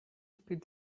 spit